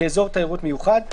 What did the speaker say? כאזור תיירות מיוחד,